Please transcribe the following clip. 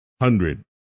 hundred